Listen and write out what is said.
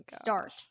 start